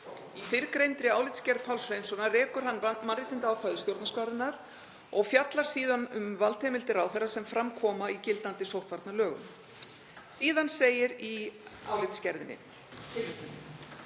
Í fyrrgreindri álitsgerð Páls Hreinssonar rekur hann mannréttindaákvæði stjórnarskrárinnar og fjallar síðan um valdheimildir ráðherra sem fram koma í gildandi sóttvarnalögum. Síðan segir í álitsgerðinni: